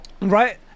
Right